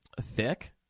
Thick